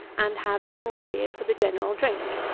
and have small beer for the general drink.